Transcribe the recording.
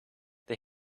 they